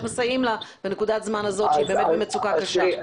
מסייעים לה בנקודת הזמן הזאת כשהיא באמת במצוקה קשה.